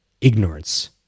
ignorance